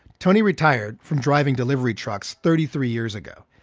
tony retired from driving delivery trucks thirty three years ago.